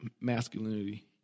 masculinity